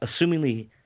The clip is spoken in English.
assumingly